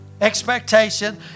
expectation